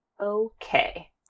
Okay